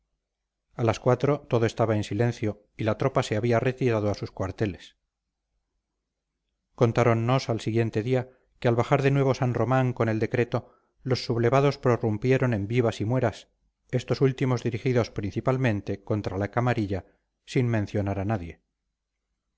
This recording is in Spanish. a las cuatro todo estaba en silencio y la tropa se había retirado a sus cuarteles contáronnos al siguiente día que al bajar de nuevo san román con el decreto los sublevados prorrumpieron en vivas y mueras estos últimos dirigidos principalmente contra la camarilla sin mencionar a nadie